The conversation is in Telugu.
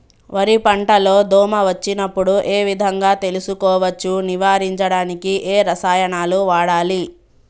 వరి పంట లో దోమ వచ్చినప్పుడు ఏ విధంగా తెలుసుకోవచ్చు? నివారించడానికి ఏ రసాయనాలు వాడాలి?